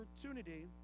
opportunity